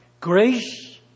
Grace